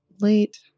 late